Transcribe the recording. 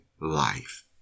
life